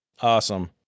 Awesome